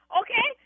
okay